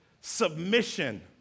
submission